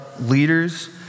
leaders